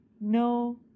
no